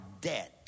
dead